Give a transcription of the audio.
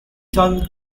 ton